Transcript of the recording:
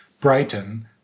Brighton